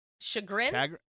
Chagrin